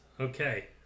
Okay